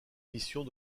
missions